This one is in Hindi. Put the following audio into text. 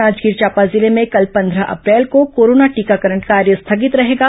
जांजगीर चांपा जिले में कल पंद्रह अप्रैल को कोरोना टीकाकरण कार्य स्थगित रहेगा